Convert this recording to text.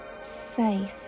safe